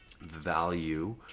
value